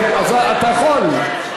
אתה יכול.